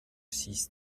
six